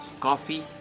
coffee